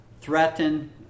threaten